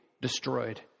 destroyed